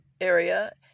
area